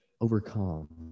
Overcome